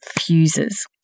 fuses